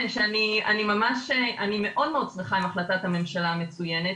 אני מאוד שמחה עם החלטת הממשלה המצוינת.